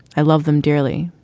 i love them dearly.